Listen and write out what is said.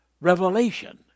revelation